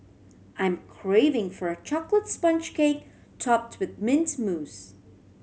I'm craving for a chocolate sponge cake topped with mint mousse